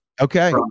Okay